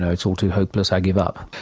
ah it's all too hopeless, i give up.